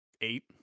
eight